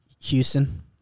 Houston